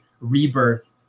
rebirth